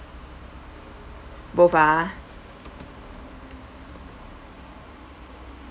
both ah